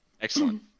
excellent